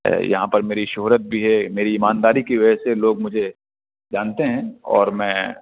یہاں پر میری شہرت بھی ہے میری ایمانداری کی وجہ سے لوگ مجھے جانتے ہیں اور میں